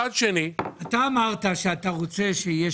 אתה אמרת שאתה רוצה שיהיה